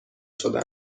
شده